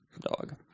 Dog